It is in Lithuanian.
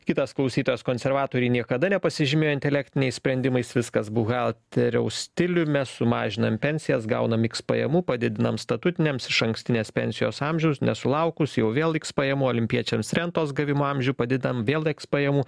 kitas klausytojas konservatoriai niekada nepasižymėjo intelektiniais sprendimais viskas buhalteriaus stiliumi sumažinam pensijas gaunam x pajamų padidinam statutiniams išankstinės pensijos amžiaus nesulaukus jau vėl x pajamų olimpiečiams rentos gavimo amžių padėtam vėl x pajamų